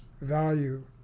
value